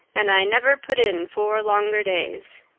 and i never put in four longer days.